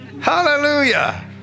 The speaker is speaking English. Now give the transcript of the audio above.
Hallelujah